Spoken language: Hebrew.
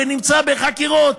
ונמצא בחקירות,